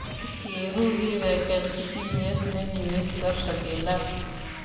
केहू भी वैकल्पिक निवेश में निवेश कर सकेला